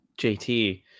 JT